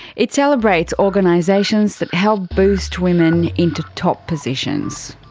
it celebrates organisations that help boost women into top positions.